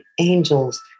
angels